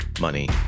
money